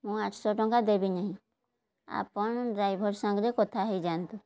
ମୁଁ ଆଠଶହ ଟଙ୍କା ଦେବି ନାହିଁ ଆପଣ ଡ୍ରାଇଭର ସାଙ୍ଗରେ କଥା ହେଇଯାଆନ୍ତୁ